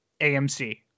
AMC